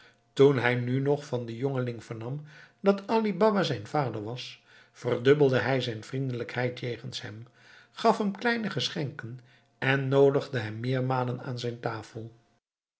toen hij nu nog van den jongeling vernam dat ali baba zijn vader was verdubbelde hij zijn vriendelijkheid jegens hem gaf hem kleine geschenken en noodigde hem meermalen aan zijn tafel